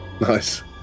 Nice